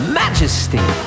majesty